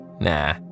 Nah